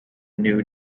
new